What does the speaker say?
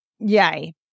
yay